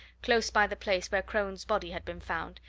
close by the place where crone's body had been found,